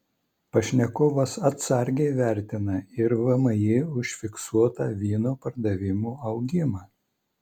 pašnekovas atsargiai vertina ir vmi užfiksuotą vyno pardavimų augimą